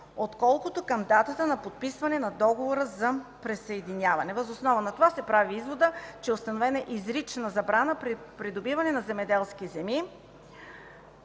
отколкото към датата на подписване на Договора за присъединяване”. Въз основа на това се прави изводът, че е установена изрична забрана при придобиване на земеделски земи